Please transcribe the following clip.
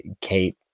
kate